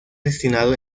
destinado